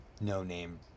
no-name